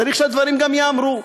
צריך שהדברים גם ייאמרו.